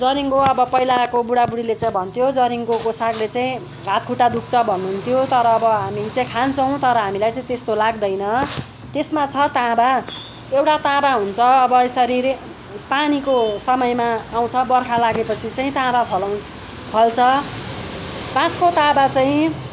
जरिङ्गो अब पहिलेको बुढाबुढीले चाहिँ भन्थ्यो जरिङ्गोको सागले चाहिँ हात खुट्टा दुख्छ भन्नुहुन्थ्यो तर अब हामी चाहिँ खान्छौँ तर हामीलाई चाहिँ त्यस्तो लाग्दैन त्यसमा छ तामा एउटा तामा हुन्छ अब यसरी रे पानीको समयमा आउँछ बर्खा लागे पछि चाहिँ तामा फलाउँ फल्छ बाँसको तामा चाहिँ